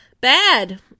bad